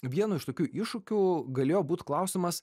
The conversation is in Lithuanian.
vienu iš tokių iššūkių galėjo būt klausimas